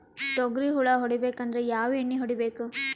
ತೊಗ್ರಿ ಹುಳ ಹೊಡಿಬೇಕಂದ್ರ ಯಾವ್ ಎಣ್ಣಿ ಹೊಡಿಬೇಕು?